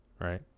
right